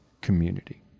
community